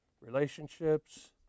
Relationships